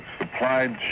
supplied